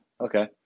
Okay